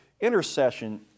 Intercession